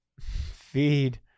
feed